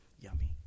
yummy